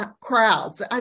crowds